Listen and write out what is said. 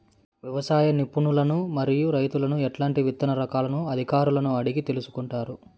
వ్యవసాయ నిపుణులను మరియు రైతులను ఎట్లాంటి విత్తన రకాలను అధికారులను అడిగి తెలుసుకొంటారు?